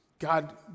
God